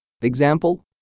Example